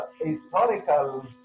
historical